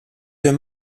deux